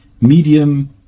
medium